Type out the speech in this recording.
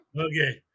Okay